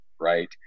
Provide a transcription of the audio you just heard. right